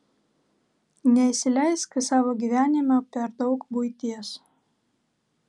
neįsileisk į savo gyvenimą per daug buities